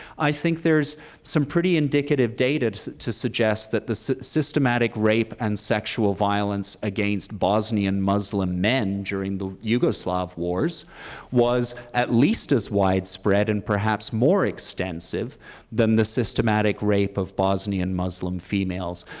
i think there's some pretty indicative data to suggest that the systematic rape and sexual violence against bosnian bosnian muslim men during the yugoslav wars was at least as widespread and perhaps more extensive than the systematic rape of bosnian muslim females,